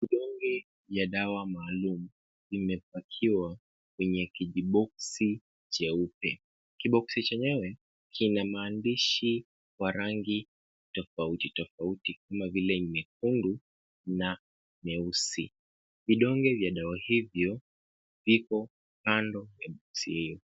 Vidonge vya dawa maalum, imepakiwa kwenye kijiboksi cheupe. Kiboksi chenyewe, Kina maandishi kwa rangi tofauti tofauti, kama vile nyekundu, na nyeusi. Vidonge vya dawa hivyo viko kando ya boksi hiyo.